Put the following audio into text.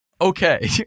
Okay